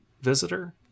visitor